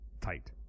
tight